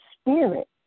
Spirit